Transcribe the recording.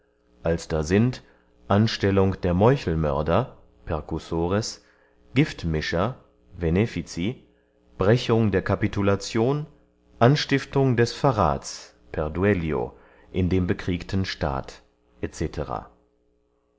als da sind anstellung der meuchelmörder percussores giftmischer venefici brechung der capitulation anstiftung des verraths perduellio in dem bekriegten staat